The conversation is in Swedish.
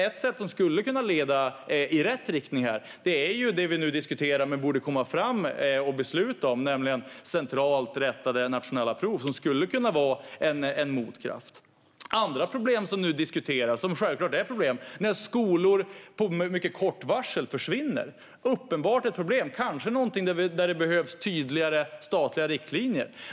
Ett sätt som skulle kunna leda i rätt riktning är det vi nu diskuterar och som vi borde besluta om, nämligen centralt rättade nationella prov, som skulle kunna vara en motkraft. Andra problem som nu diskuteras - självfallet är de problem - är när skolor med mycket kort varsel försvinner. Det är ett uppenbart problem, och där behövs kanske tydligare statliga riktlinjer.